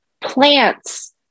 plants